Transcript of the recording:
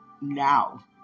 now